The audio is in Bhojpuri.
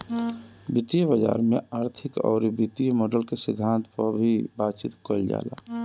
वित्तीय बाजार में आर्थिक अउरी वित्तीय मॉडल के सिद्धांत पअ भी बातचीत कईल जाला